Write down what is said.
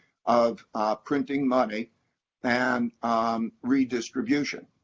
of printing money and redistribution.